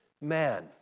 man